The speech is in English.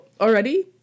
already